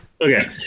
okay